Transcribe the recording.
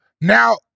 Now